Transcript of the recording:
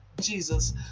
Jesus